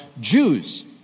Jews